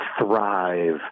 thrive